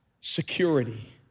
security